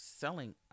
selling